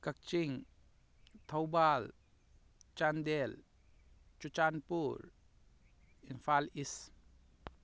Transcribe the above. ꯀꯛꯆꯤꯡ Thoubal Chandel Churachandpur Imphal ꯏꯁ